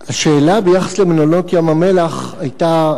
השאלה ביחס למלונות ים-המלח היתה,